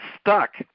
stuck